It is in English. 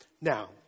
Now